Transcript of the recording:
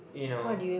you know